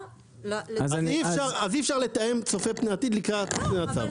אז אי אפשר לתאם צופה פני עתיד לקראת הצו.